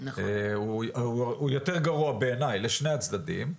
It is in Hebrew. הוא יותר גרוע בעיני לשני הצדדים.